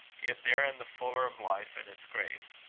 yet therein the fuller of life and its grace,